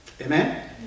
Amen